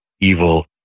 evil